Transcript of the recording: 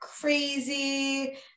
crazy